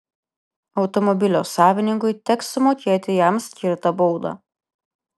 automobilio savininkui teks sumokėti jam skirtą baudą